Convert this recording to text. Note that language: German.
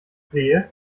sehe